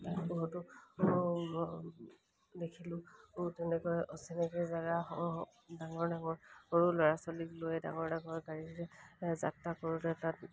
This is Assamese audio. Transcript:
তাত বহুতো দেখিলোঁ তেনেকৈ অচিনাকি জেগা ডাঙৰ ডাঙৰ সৰু ল'ৰা ছোৱালীক লৈ ডাঙৰ ডাঙৰ গাড়ীৰে যাত্ৰা কৰোঁতে তাত